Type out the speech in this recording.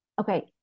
Okay